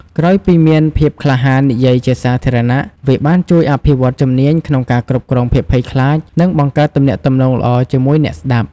ក្រោយពីមានភាពក្លាហាននិយាយជាសាធារណៈ វាបានជួយអភិវឌ្ឍជំនាញក្នុងការគ្រប់គ្រងភាពភ័យខ្លាច និងបង្កើតទំនាក់ទំនងល្អជាមួយអ្នកស្តាប់។